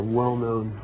well-known